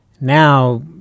now